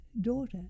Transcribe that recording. daughter